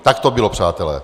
Tak to bylo, přátelé.